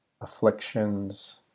afflictions